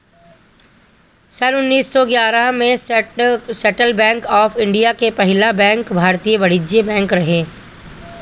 सन्न उन्नीस सौ ग्यारह में सेंट्रल बैंक ऑफ़ इंडिया के पहिला बैंक भारतीय वाणिज्यिक बैंक रहे